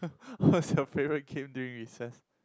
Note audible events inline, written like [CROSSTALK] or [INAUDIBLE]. [NOISE] what is your favourite game during recess